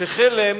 שחלם